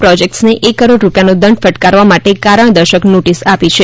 પ્રોજેક્ટ્સને એક કરોડ રૂપિયાનો દંડ ફટકારવા માટે કારણદર્શક નોટિસ આપી છે